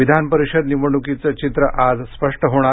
विधानपरिषद निवडणुकीचं चित्र आज स्पष्ट होणार